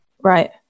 Right